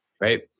Right